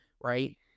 right